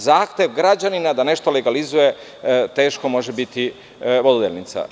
Zahtev građanina da nešto legalizuje teško može biti vododelnica.